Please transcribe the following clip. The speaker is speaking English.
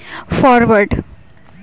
forward